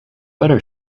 better